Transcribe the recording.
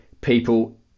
people